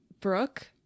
Brooke